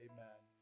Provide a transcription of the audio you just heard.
Amen